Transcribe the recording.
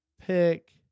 pick